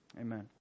amen